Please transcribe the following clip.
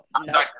no